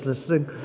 listening